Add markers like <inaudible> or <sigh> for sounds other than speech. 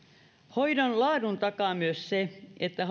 hoidon laadun takaa myös se että <unintelligible>